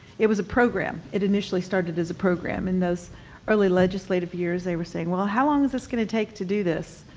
it was a program, it initially started as a program. in those early legislative years they were saying, well how long is this gonna take to do this?